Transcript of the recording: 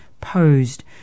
posed